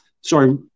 Sorry